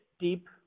deep